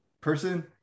person